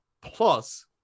plus